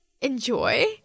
enjoy